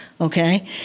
okay